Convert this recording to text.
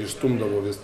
išstumdavo vis